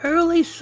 Early